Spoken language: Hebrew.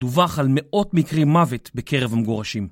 דווח על מאות מקרים מוות בקרב המגורשים.